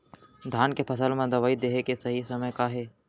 धान के फसल मा दवई देहे के सही समय का हे?